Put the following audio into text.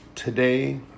Today